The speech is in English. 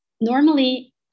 normally